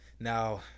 Now